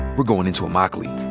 we're goin' into immokalee,